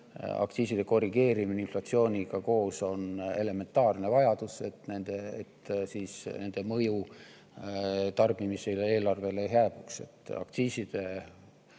aktsiiside korrigeerimine inflatsiooniga koos[kõlas] on elementaarne vajadus, et nende mõju tarbimisele ja eelarvele ei hääbuks,